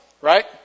right